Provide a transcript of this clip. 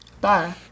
bye